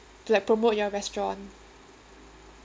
to like promote your restaurant